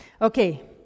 Okay